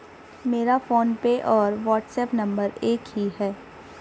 मेरा फोनपे और WhatsApp number एक ही है